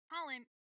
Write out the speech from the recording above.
Colin